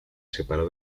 separó